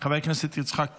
חבר הכנסת יצחק פינדרוס,